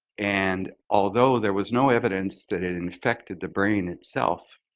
and although there was no evidence that it infected the brain itself,